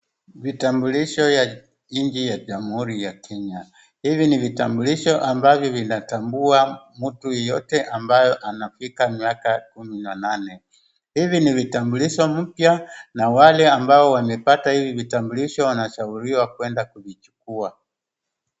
Vitambulisho ya nchi ya Jamhuri ya Kenya. Hivi ni vitambulisho ambavyo vinatambua mtu yote ambayo anafika miaka kumi na nane. Hivi ni vitambulisho mpya, na wale ambao wamepata hivi vitambulisho wanachaguliwa kwenda kuvichukua.